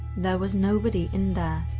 there was nobody in there,